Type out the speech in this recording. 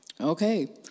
Okay